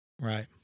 Right